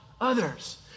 others